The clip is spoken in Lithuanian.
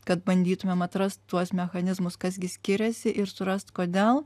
kad bandytumėm atrast tuos mechanizmus kas gi skiriasi ir surast kodėl